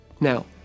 Now